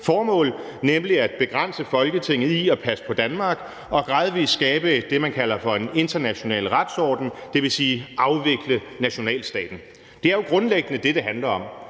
formål, nemlig at begrænse Folketinget i at passe på Danmark og gradvis skabe det, man kalder for en international retsorden, dvs. afvikle nationalstaten. Det er jo grundlæggende det, det handler om.